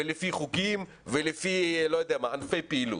ולפי חוקים ולפי ענפי פעילות.